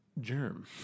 Germ